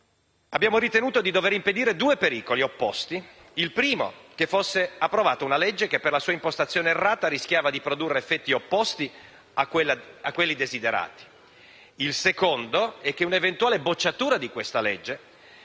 Abbiamo ritenuto di dover impedire due pericoli opposti. Il primo è che fosse approvata una legge, che, per la sua impostazione errata, rischiava di produrre effetti opposti a quelli desiderati. Il secondo è che un'eventuale bocciatura di questa legge